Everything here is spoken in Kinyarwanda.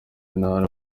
ntara